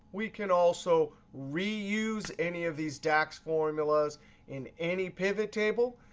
we can also reuse any of these dax formulas in any pivot table.